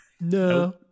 No